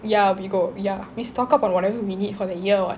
ya we go ya we stock up on whatever we need for the year what